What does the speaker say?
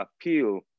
appeal